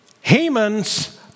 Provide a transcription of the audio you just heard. Haman's